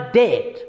dead